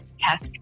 test